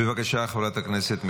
בבקשה, חברת הכנסת מיכאלי.